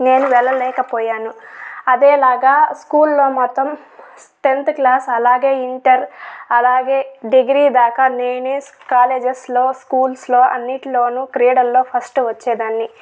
నేను వెళ్లలేకపోయాను అదే లాగా స్కూల్ లో మాత్రం టెంత్ క్లాసు లో అలాగే ఇంటర్ అలాగే డిగ్రీ దాకా నేనే కాలేజెస్ లో స్కూల్స్ లో అన్నిటిల్లోనూ క్రీడల్లో ఫస్ట్ వచ్చేదానిని